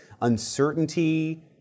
uncertainty